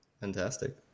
Fantastic